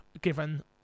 given